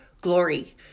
glory